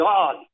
God